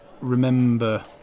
remember